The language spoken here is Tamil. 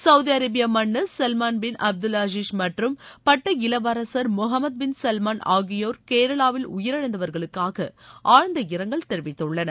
சவுதி அரேபிய மன்னர் சல்மான் பின் அப்துல்ஆசிஷ் மற்றும் பட்ட இளவரள் முகமது பின் சல்மான் ஆகியோர் கேரளாவில் உயிரிழந்தவர்களுக்காக ஆழ்ந்த இரங்கல் தெரிவித்துள்ளனர்